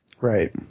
right